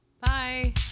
Bye